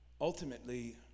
ultimately